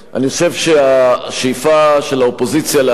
אני חושב שהשאיפה של האופוזיציה להחליף